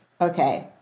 Okay